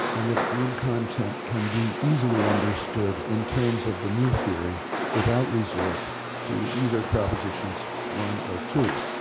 and that dream content can be easily understood in terms of the new theory without resort to either propositions one or two.